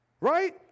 right